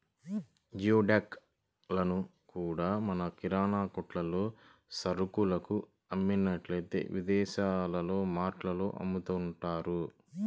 geoduck లను కూడా మన కిరాణా కొట్టుల్లో సరుకులు అమ్మినట్టే విదేశాల్లో మార్టుల్లో అమ్ముతున్నారు